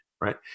right